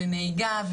ונהיגה,